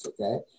okay